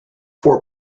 for